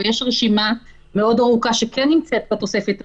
אבל כן יש רשימה מאוד ארוכה שנמצאת בתוספת הראשונה: